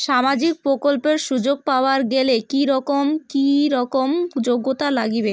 সামাজিক প্রকল্পের সুযোগ পাবার গেলে কি রকম কি রকম যোগ্যতা লাগিবে?